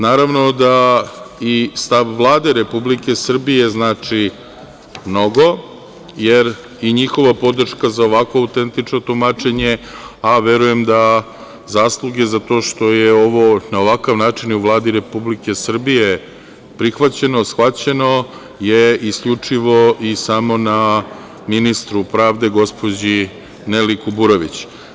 Naravno da i stav Vlade Republike Srbije znači mnogo, jer i njihova podrška za ovakvo autentično tumačenje, a verujem da zasluge za to što je ovo na ovaj način u Vladi Republike Srbije prihvaćeno, shvaćeno je isključivo i samo na ministru pravde, gospođi Neli Kuborović.